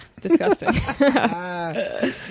disgusting